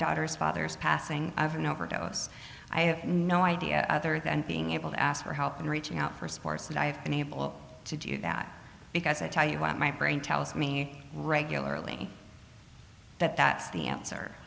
daughter's father's passing of an overdose i have no idea other than being able to ask for help and reaching out for sports that i have been able to do that because i tell you what my brain tells me regularly but that's the answer